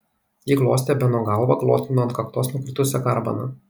ji glostė beno galvą glotnino ant kaktos nukritusią garbaną